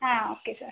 ആ okay sir